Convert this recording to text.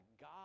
God